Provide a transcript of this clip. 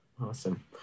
Awesome